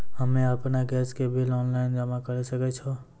हम्मे आपन गैस के बिल ऑनलाइन जमा करै सकै छौ?